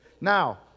Now